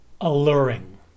alluring